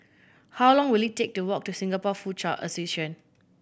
how long will it take to walk to Singapore Foochow Association